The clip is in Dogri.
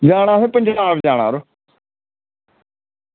जाना असें पत्नीटॉप जाना यरो